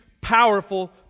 powerful